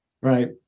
Right